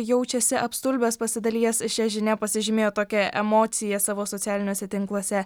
jaučiasi apstulbęs pasidalijęs šia žinia pasižymėjo tokia emocija savo socialiniuose tinkluose